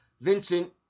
Vincent